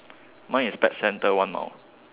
mine is pet center one mile